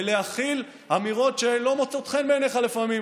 ולהכיל אמירות שלא מוצאות חן בעיניך לפעמים,